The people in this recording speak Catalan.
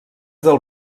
del